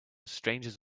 strangers